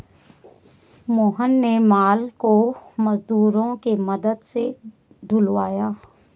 मोहन ने माल को मजदूरों के मदद से ढूलवाया